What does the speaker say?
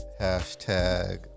hashtag